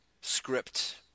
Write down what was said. script